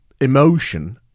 emotion